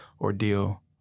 ordeal